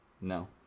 No